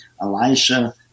Elisha